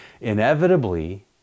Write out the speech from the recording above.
inevitably